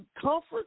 comfort